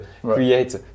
create